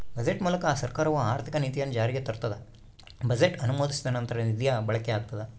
budget ಮೂಲಕ ಸರ್ಕಾರವು ಆರ್ಥಿಕ ನೀತಿಯನ್ನು ಜಾರಿಗೆ ತರ್ತದ ಬಜೆಟ್ ಅನುಮೋದಿಸಿದ ನಂತರ ನಿಧಿಯ ಬಳಕೆಯಾಗ್ತದ